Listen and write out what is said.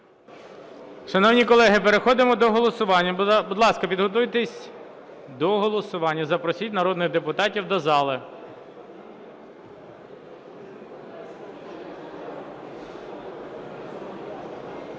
Шановні колеги, переходимо до голосування. Будь ласка, підготуйтесь до голосування, запросіть народних депутатів до зали.